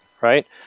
Right